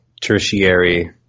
tertiary